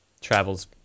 travels